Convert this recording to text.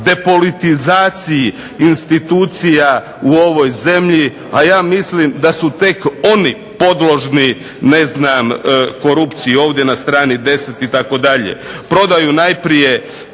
depolitizaciji institucija u ovoj zemlji, a ja mislim da su tek oni podložni korupciji, ovdje na strani 10 itd. Prodaju